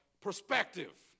perspective